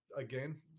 again